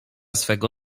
swego